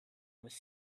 was